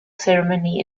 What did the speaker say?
ceremony